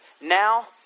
Now